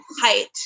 height